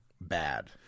bad